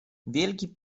wielki